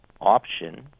option